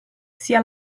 sia